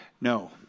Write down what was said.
No